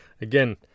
again